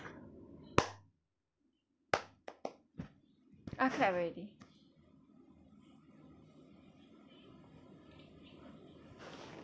ah clap already